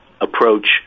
approach